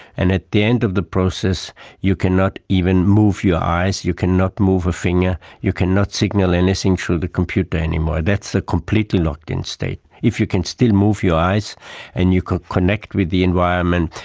and at the end of the process you cannot even move your eyes, you cannot move a finger, you cannot signal anything through the computer anymore. that's the completely locked-in state. if you can still move your eyes and you can connect with the environment,